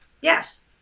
yes